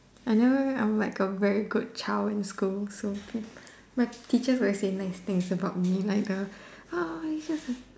I never I'm like a very good child in school so my teacher always say very nice things about me like uh oh